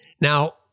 Now